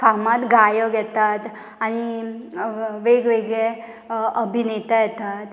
फामाद गायक येतात आनी वेगवेगळे अभिनेता येतात